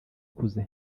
akuze